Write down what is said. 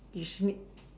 if need